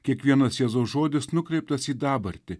kiekvienas jėzaus žodis nukreiptas į dabartį